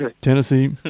Tennessee